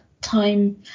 time